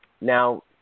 Now